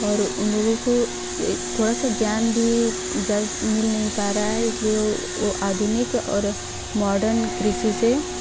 और उन लोगों को ए थोड़ा सा ज्ञान भी जल्द मिल नहीं पा रहा है इसलिए वो वो आधुनिक और मॉडर्न कृषि से